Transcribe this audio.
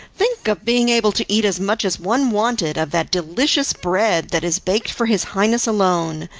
think of being able to eat as much as one wanted, of that delicious bread that is baked for his highness alone!